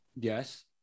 Yes